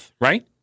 right